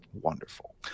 wonderful